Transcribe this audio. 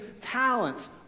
talents